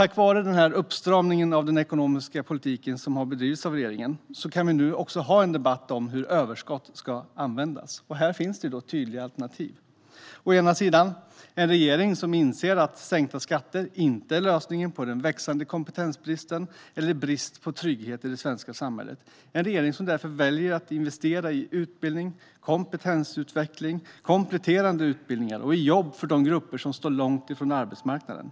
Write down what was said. Tack vare den uppstramning av den ekonomiska politiken som har bedrivits av regeringen kan vi nu ha en debatt om hur överskotten ska användas. Här finns det tydliga alternativ. Å ena sidan finns en regering som inser att sänkta skatter inte är lösningen på den växande kompetensbristen eller bristen på trygghet i det svenska samhället. Det är en regering som därför väljer att investera i utbildning, kompetensutveckling, kompletterande utbildning och jobb för de grupper som står långt från arbetsmarknaden.